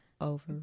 over